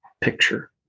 picture